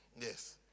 Yes